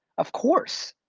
of course,